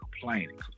Complaining